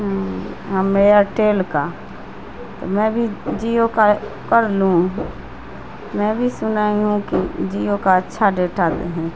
ہم Airtel کا تو میں بھی جیو کا کر لوں میں بھی سنا ہوں کہ جیو کا اچھا ڈیٹا دیتا ہے